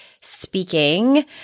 speaking